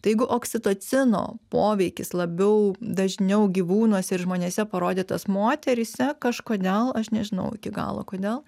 tai jeigu oksitocino poveikis labiau dažniau gyvūnuose ir žmonėse parodytas moteryse kažkodėl aš nežinau iki galo kodėl